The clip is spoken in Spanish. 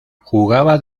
jugaba